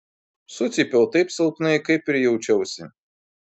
sucypiau taip silpnai kaip ir jaučiausi